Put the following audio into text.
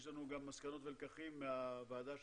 יש לנו גם מסקנות ולקחים מהוועדה שקמה.